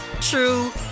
true